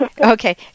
Okay